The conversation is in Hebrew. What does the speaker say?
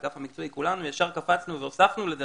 האגף המקצועי כולנו ישר קפצנו והוספנו לזה,